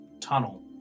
tunnel